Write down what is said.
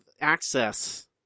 access